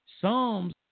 Psalms